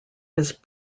his